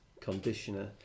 conditioner